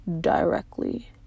directly